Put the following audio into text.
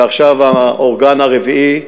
ועכשיו האורגן הרביעי,